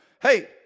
Hey